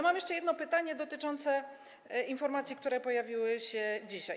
Mam jeszcze jedno pytanie dotyczące informacji, które pojawiły się dzisiaj.